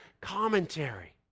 commentary